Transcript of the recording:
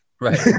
Right